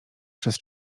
przez